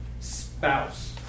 spouse